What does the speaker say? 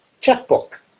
checkbook